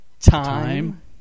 Time